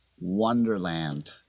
wonderland